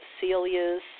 Celia's